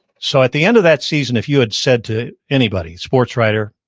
so at the end of that season, if you had said to anybody, sports writer,